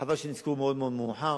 חבל שנזכרו מאוד מאוחר.